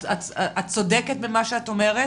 את צודקת במה שאת אומרת,